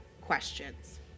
questions